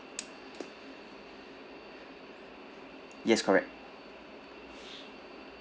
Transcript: yes correct